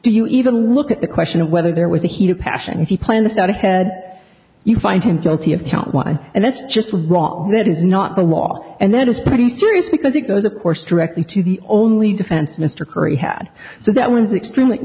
do you even look at the question of whether there was a heat of passion if you planned this out ahead you find him guilty of count why and that's just wrong that is not the law and that is pretty serious because it does of course directly to the only defense mr curry had so that was extremely